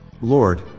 Lord